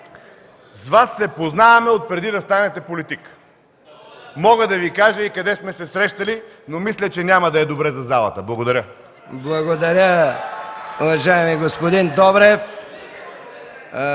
с Вас се познаваме от преди да станете политик. Мога да Ви кажа и къде сме се срещали, но мисля, че няма да е добре за залата. Благодаря. (Силен шум в ГЕРБ. Народният